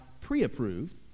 pre-approved